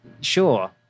sure